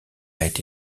été